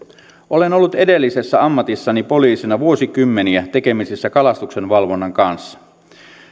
olen ollut edellisessä ammatissani poliisina vuosikymmeniä tekemisissä kalastuksenvalvonnan kanssa